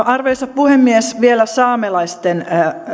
arvoisa puhemies vielä saamelaisten